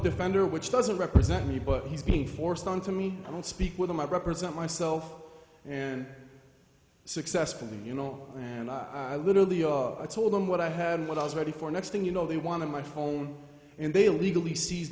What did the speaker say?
defender which doesn't represent me but he's being forced on to me i don't speak with him i represent myself and successfully you know and i literally i told him what i had what i was ready for next thing you know they want to my phone and they legally se